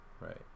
right